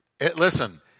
Listen